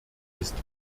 ist